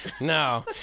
no